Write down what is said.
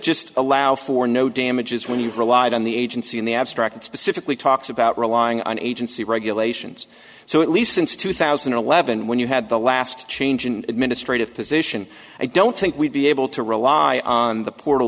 just allow for no damages when you've relied on the agency in the abstract specifically talks about relying on agency regulations so at least since two thousand and eleven when you had the last change an administrative position i don't think we'd be able to rely on the po